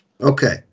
Okay